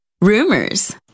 rumors